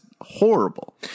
horrible